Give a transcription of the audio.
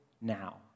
now